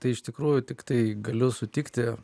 tai iš tikrųjų tiktai galiu sutikti